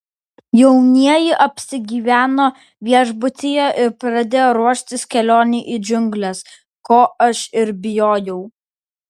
jaunieji apsigyveno viešbutyje ir pradėjo ruoštis kelionei į džiungles ko aš ir bijojau